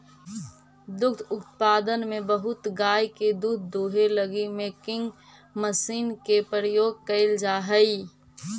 दुग्ध उत्पादन में बहुत गाय के दूध दूहे लगी मिल्किंग मशीन के उपयोग कैल जा हई